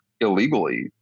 illegally